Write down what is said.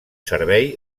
servei